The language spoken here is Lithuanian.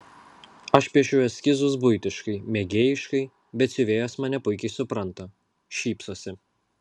aš piešiu eskizus buitiškai mėgėjiškai bet siuvėjos mane puikiai supranta šypsosi